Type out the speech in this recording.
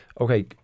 okay